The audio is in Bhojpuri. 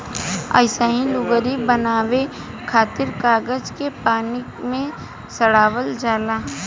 अइसही लुगरी बनावे खातिर कागज के पानी में सड़ावल जाला